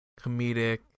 comedic